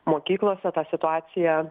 mokyklose tą situaciją